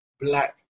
black